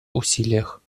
усилиях